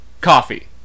coffee